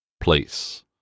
place